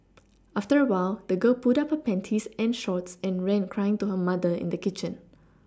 after a while the girl pulled up her panties and shorts and ran crying to her mother in the kitchen